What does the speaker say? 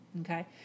okay